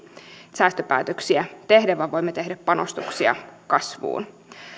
säästöpäätöksiä tehdä vaan voimme tehdä panostuksia kasvuun